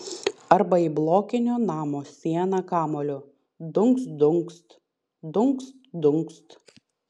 arba į blokinio namo sieną kamuoliu dunkst dunkst dunkst dunkst